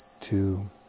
two